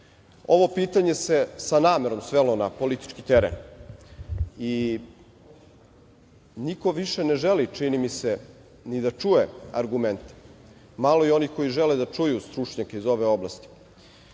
pitanje se namerom svelo na politički teren. Niko više ne želi, čini mi se ni da čuje argumente. Malo je onih koji žele da čuju stručnjake iz ove oblasti.